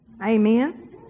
Amen